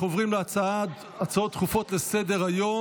אנחנו עוברים להצעות דחופות לסדר-היום,